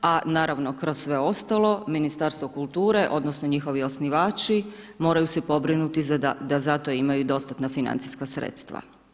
A naravno kroz sve ostalo Ministarstvo kulture, odnosno njihovi osnivači moraju se pobrinuti da za to imaju dostatna financijska sredstva.